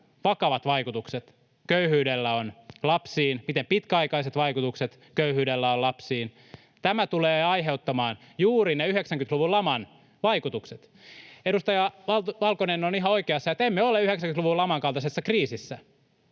vakavat vaikutukset köyhyydellä on lapsiin, miten pitkäaikaiset vaikutukset köyhyydellä on lapsiin. Tämä tulee aiheuttamaan juuri ne 90-luvun laman vaikutukset. Edustaja Valkonen on ihan oikeassa, että emme ole 90-luvun laman kaltaisessa kriisissä,